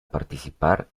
participar